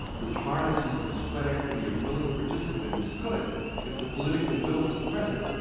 which harnesses the sweat equity of willing participants, could, if the political will was present,